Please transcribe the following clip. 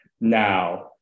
Now